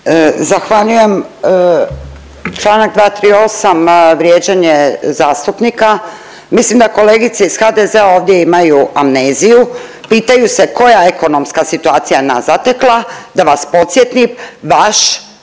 Zahvaljujem, čl. 238., vrijeđanje zastupnika. Mislim da kolegice iz HDZ-a ovdje imaju amneziju, pitaju se koja ekonomska situacija nas je zatekla. Da vas podsjetim, vaš